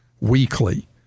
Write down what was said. weekly